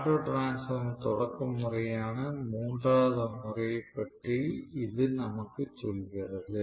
auto transformer தொடக்க முறையான மூன்றாவது முறையைப் பற்றி இது நமக்குச் சொல்கிறது